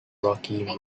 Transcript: rocky